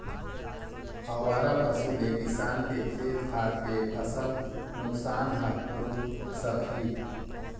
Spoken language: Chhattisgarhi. आवारा पशु ले किसान के खेत खार के फसल नुकसान ह रूक सकही